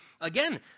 again